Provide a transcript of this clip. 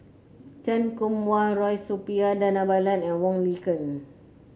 Chan Kum Wah Roy Suppiah Dhanabalan and Wong Lin Ken